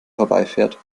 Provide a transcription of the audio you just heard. vorbeifährt